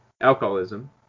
alcoholism